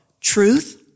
truth